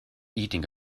eating